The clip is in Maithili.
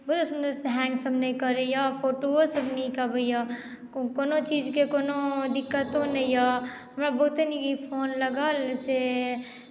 हैंग सभ नहि करैत छै फोटोओ साभ नीक अबैए कोनो चीजके कोनो दिक्कतो नहि यए हमरा बहुते नीक ई फोन लागल से